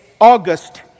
august